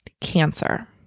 cancer